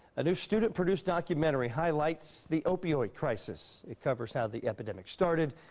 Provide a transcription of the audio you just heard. a new student produced documentary highlights the opiod crisis it covers how the epidemic started,